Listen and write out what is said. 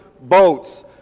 boats